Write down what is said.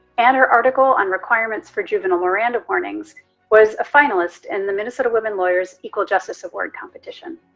and her article on requirements for juvenile miranda warnings was a finalist in the minnesota women lawyers equal justice award competition.